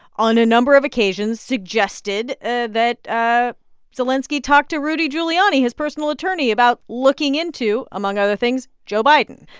on a number of occasions, suggested ah that ah zelenskiy talk to rudy giuliani, his personal attorney, about looking into, among other things, joe biden.